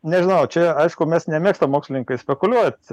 nežinau čia aišku mes nemėgstam mokslininkais spekuliuot